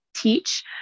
teach